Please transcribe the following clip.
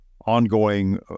ongoing